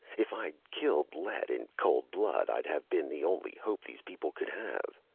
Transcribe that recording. if i'd killed lett in cold blood, i'd have been the only hope these people could have!